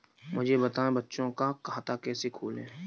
मुझे बताएँ बच्चों का खाता कैसे खोलें?